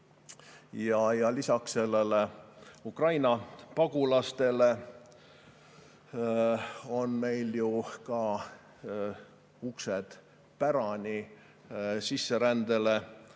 Ja lisaks Ukraina pagulastele on meil ju ka uksed pärani sisserändele